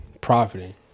profiting